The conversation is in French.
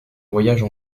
voyages